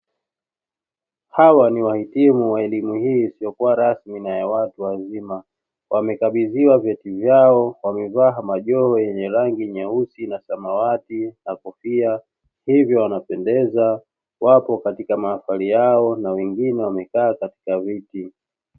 Hawa ni wahitimu wa elimu hii isiyo rasmi na ya watu wazima, wamekabidhiwa vyeti vyao wamevaa majoho ya rangi nyeusi na samawati na kofia hivyo wanapendeza wako katika mahafali yao na wengine wamekaa kwenye viti